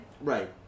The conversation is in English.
Right